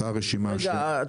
אותה רשימה --- רגע,